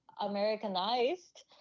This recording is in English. americanized